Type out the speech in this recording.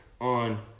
on